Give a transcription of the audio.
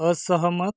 असहमत